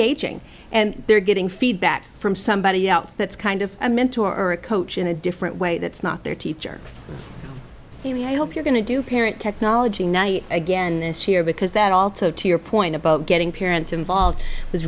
engaging and they're getting feedback from somebody else that's kind of a mentor or a coach in a different way that's not their teacher i hope you're going to do parent technology night again this year because that also to your point about getting parents involved